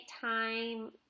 time